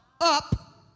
up